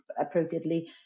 appropriately